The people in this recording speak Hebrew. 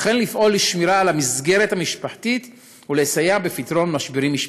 וכן לפעול לשמירה על המסגרת המשפחתית ולסייע בפתרון משברים משפחתיים.